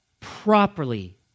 Properly